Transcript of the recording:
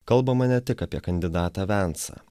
kalbama ne tik apie kandidatą vensą